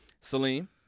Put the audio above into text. Salim